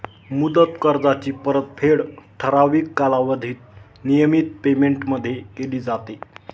मुदत कर्जाची परतफेड ठराविक कालावधीत नियमित पेमेंटमध्ये केली जाते